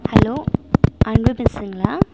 hello அன்பு மெஸுங்களா